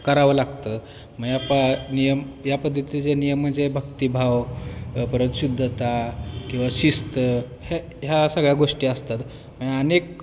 करावं लागतं मग या पा नियम या पद्धतीचे नियम म्हणजे भक्तीभाव परत शुद्धता किंवा शिस्त ह ह्या सगळ्या गोष्टी असतात अनेक